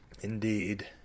indeed